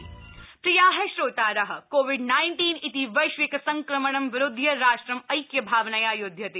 Covid आपनिंग प्रिया श्रोतार कोविड नाइन्टीन इति वैश्विक संक्रमणं विरुध्य राष्ट्रू ऐक्यभावनया यूध्यते